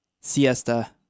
siesta